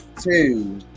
two